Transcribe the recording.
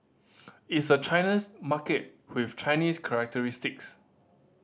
it's a China's market with Chinese characteristics